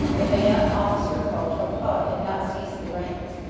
if a young officer called trapaud had not seized the reins.